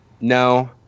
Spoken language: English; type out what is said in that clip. No